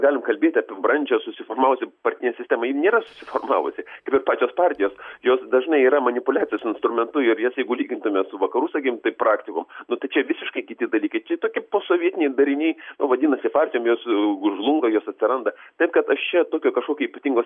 galim kalbėti apie brandžią susiformavusią partinę sistemą ji nėra susiformavusi kaip ir pačios partijos jos dažnai yra manipuliacijos instrumentu ir jas jeigu lygintume su vakarų sakykim taip praktikom nu tai čia visiškai kiti dalykai čia tokie posovietiniai dariniai vadinasi partijom jos žlunga jos atsiranda taip kad aš čia tokio kažkokio ypatingo